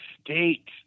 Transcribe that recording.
State